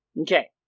Okay